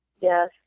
Yes